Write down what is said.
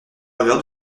faveur